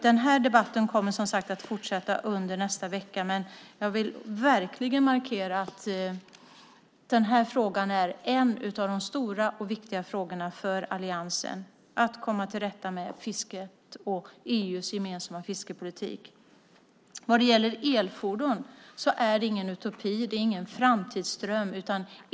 Den här debatten kommer att fortsätta under nästa vecka, men jag vill verkligen markera att en av de stora och viktiga frågorna för alliansen är att komma till rätta med fisket och EU:s gemensamma fiskepolitik. Vad gäller elfordon är det ingen utopi, det är ingen framtidsdröm.